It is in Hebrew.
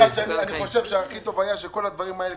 אני חושב שהכי טוב היה שאת כל הדברים האלה,